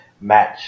match